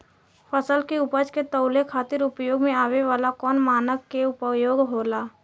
फसल के उपज के तौले खातिर उपयोग में आवे वाला कौन मानक के उपयोग होला?